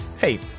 hey